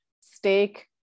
steak